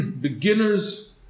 beginners